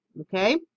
okay